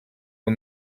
vos